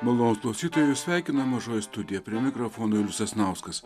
malonūs klausytojai jus sveikina mažoji studija prie mikrofono julius sasnauskas